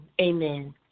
Amen